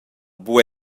buc